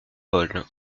paul